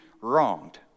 wronged